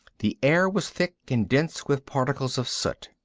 the air was thick and dense with particles of soot.